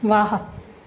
वाह